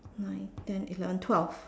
nine ten eleven twelve